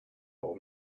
old